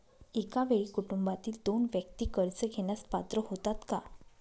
एका वेळी कुटुंबातील दोन व्यक्ती कर्ज घेण्यास पात्र होतात का?